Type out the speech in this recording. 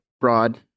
broad